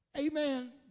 amen